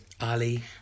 Ali